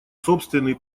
собственный